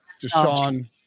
Deshaun